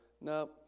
no